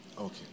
Okay